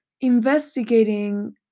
investigating